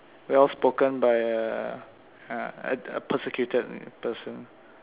well spoken by a a uh persecuted person